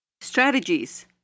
Strategies